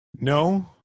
No